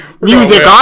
music